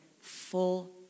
full